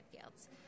fields